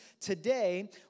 Today